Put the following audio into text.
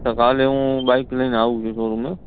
તો કાલે હું બાઈક લઈને આવું છું શોરુમે